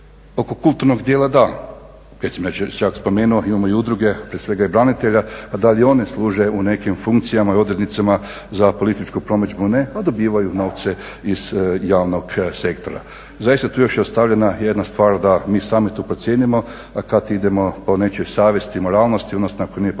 Oko kulturnog dijela da, recimo ja sam čak spomenuo imamo i udruge, prije svega i branitelja pa da li i one služe u nekim funkcijama i odrednicama za političku promidžbu, ne, pa dobivaju novce iz javnog sektora. Zaista, tu je još ostavljena jedna stvar da mi sami tu procijenimo, a kad idemo po nečijoj savjesti, moralnosti odnosno ako nije po